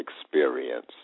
experience